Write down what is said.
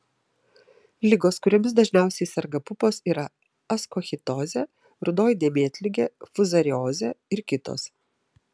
ligos kuriomis dažniausiai serga pupos yra askochitozė rudoji dėmėtligė fuzariozė ir kitos